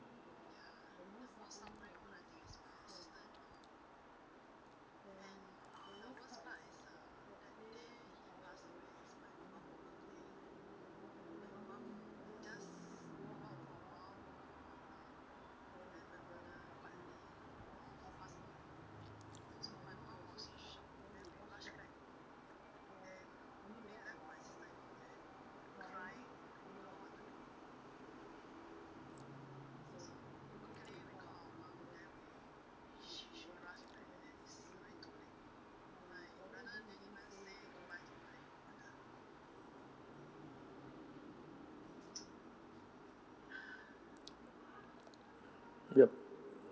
yup